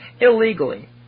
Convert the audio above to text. illegally